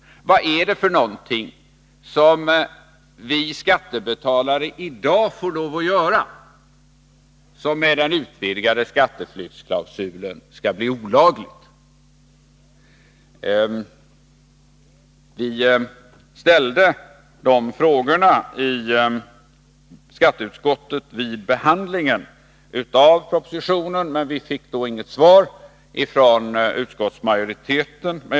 Vad är det som vi skattebetalare i dag får lov att göra men som med den utvidgade skatteflyktsklausulen skall bli olagligt? Vi ställde de frågorna i skatteutskottet vid behandlingen av propositionen. Men vi fick då inget svar ifrån utskottsmajoriteten.